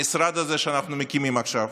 המשרד הזה שאנחנו מקימים עכשיו